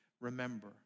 remember